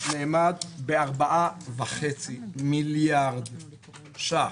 נאמד ב-4.5 מיליארד ₪.